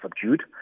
subdued